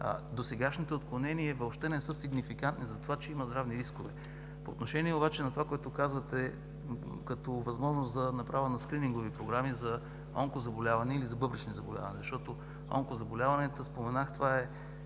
досегашните отклонения въобще не са сигнификантни за това, че има здравни рискове. По отношение обаче на това, което казвате, като възможност за направа на скринингови програми за онкозаболявания или за бъбречни заболявания, защото онкозаболяванията, споменах,